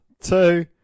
two